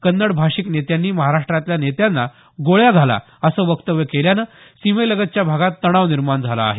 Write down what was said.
कन्नड भाषिक नेत्यांनी महाराष्ट्रातल्या नेत्यांना गोळ्या घाला असं वक्तव्य केल्यामुळे सीमेलगतच्या भागात तणाव निर्माण झाला आहे